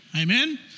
Amen